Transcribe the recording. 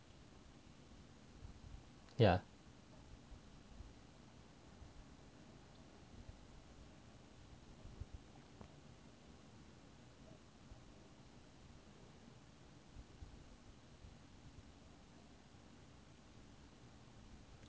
yeah